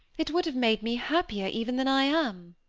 it would have made me happier even than i am.